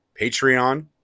Patreon